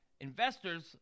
Investors